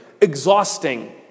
exhausting